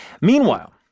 Meanwhile